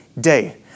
day